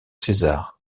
césar